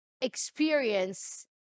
experience